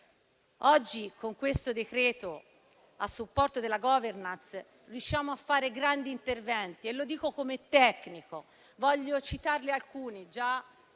Oggi, con questo decreto a supporto della *governance*, riusciamo a fare grandi interventi; lo dico come tecnico e voglio citarne alcuni, già